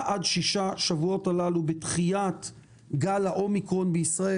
עד שישה שבועות הללו בדחיית גל האומיקרון בישראל,